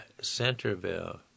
Centerville